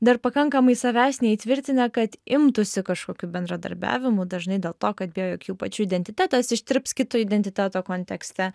dar pakankamai savęs neįtvirtinę kad imtųsi kažkokių bendradarbiavimų dažnai dėl to kad bijo jog jų pačių identitetas ištirps kito identiteto kontekste